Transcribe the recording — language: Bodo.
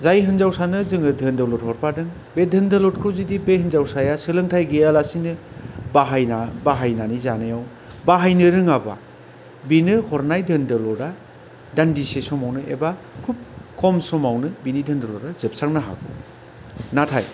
जाय हिनजावसानो जोङो धोन दौलद हरफादों बे धोन दौलदखौ जुदि बे हिनजावसाया सोलोंथाइ गैयालासेनो बाहायना बाहायनानै जानायाव बाहायनो रोङाबा बेनो हरनाय धोन दौलदा दान्दिसे समावनो एबा खुब खम समावनो बिनि धोन दौलदा जोबस्रांनो हागौ नाथाय